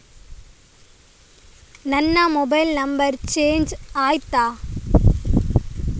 ನನ್ನ mobile number change ಆಯ್ತಾ?